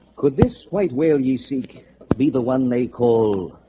could this white whale you see can be the one they call?